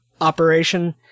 operation